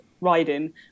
riding